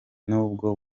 nibwo